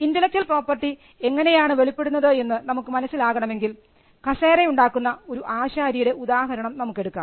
intellectual property എങ്ങനെയാണ് വെളിപ്പെടുന്നത് എന്ന് നമുക്ക് മനസ്സിലാക്കണമെങ്കിൽ കസേര ഉണ്ടാക്കുന്ന ഒരു ആശാരിയുടെ ഉദാഹരണം നമുക്ക് എടുക്കാം